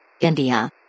India